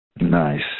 Nice